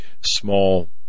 small